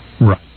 Right